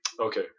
okay